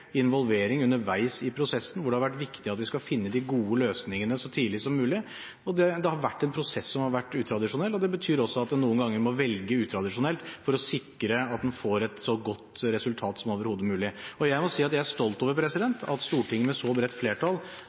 involvering underveis i prosessen, hvor det har vært viktig at vi skulle finne de gode løsningene så tidlig som mulig. Det har vært en prosess som har vært utradisjonell. Det betyr at man noen ganger må velge utradisjonelt for å sikre at en får et så godt resultat som overhodet mulig. Jeg er stolt over at Stortinget med et så bredt flertall